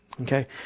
okay